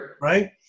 Right